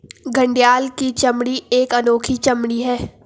घड़ियाल की चमड़ी एक अनोखी चमड़ी है